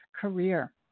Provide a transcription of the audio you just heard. career